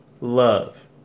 love